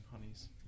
honeys